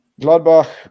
Gladbach